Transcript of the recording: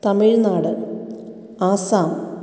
Tamil Nadu Assam